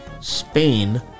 Spain